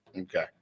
Okay